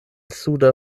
suda